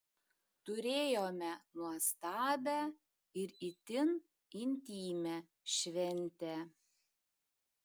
turėjome nuostabią ir itin intymią šventę